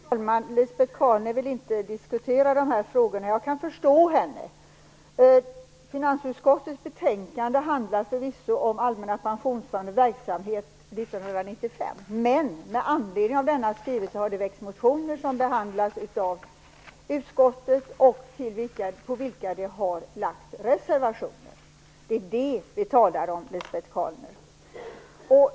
Fru talman! Lisbet Calner vill inte diskutera de här frågorna. Jag kan förstå henne. Finansutskottets betänkande handlar förvisso om Allmänna pensionsfondens verksamhet 1995, men med anledning av denna skrivelse har det väckts motioner som behandlats av utskottet och på vilka det har lagts reservationer. Det är detta vi talar om, Lisbet Calner.